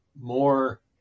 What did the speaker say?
more